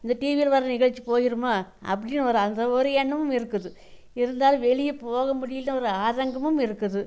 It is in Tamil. இந்த டிவியில் வர்ற நிகழ்ச்சி போயிடுமா அப்டின்னு ஒரு அந்த ஒரு எண்ணமும் இருக்குது இருந்தாலும் வெளியே போக முடியல ஒரு ஆதங்கமும் இருக்குது